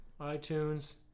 iTunes